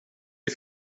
die